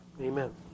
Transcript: Amen